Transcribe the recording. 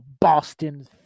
Boston